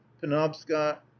Penobscot